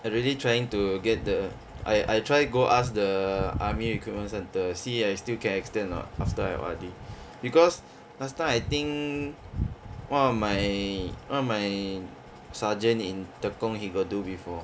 I really trying to get the I I try go ask the army recruitment centre see I still can extend or not after I O_R_D because last time I think one of my one of my sergeant in tekong he got do before